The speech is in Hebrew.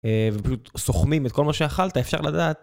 ופשוט סוכמים את כל מה שאכלת, אפשר לדעת.